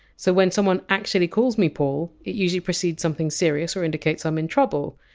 so when someone actually calls me paul, it usually proceed something serious or indicates i'm in trouble.